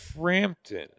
Frampton